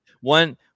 one